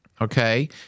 Okay